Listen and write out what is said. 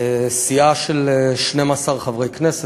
סיעה של 12 חברי כנסת,